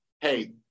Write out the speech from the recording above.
hey